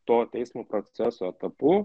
to teismo proceso etapu